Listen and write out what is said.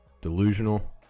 Delusional